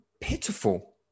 pitiful